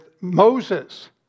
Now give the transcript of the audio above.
Moses